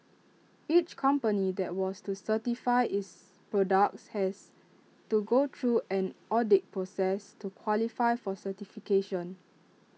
each company that wants to certify its products has to go through an audit process to qualify for certification